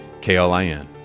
KLIN